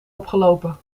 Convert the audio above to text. opgelopen